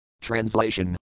Translation